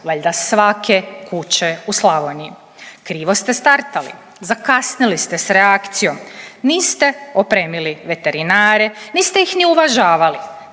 valjda svake kuće u Slavoniji. Krivo ste startali, zakasnili ste s reakcijom, niste opremili veterinare, niste ih ni uvažavali.